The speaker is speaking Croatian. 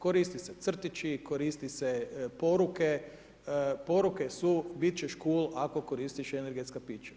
Koriste se crtići, koriste se poruke, poruke su bit ćeš cool ako koristiš energetska pića.